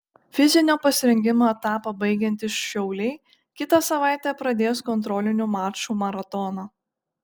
fizinio pasirengimo etapą baigiantys šiauliai kitą savaitę pradės kontrolinių mačų maratoną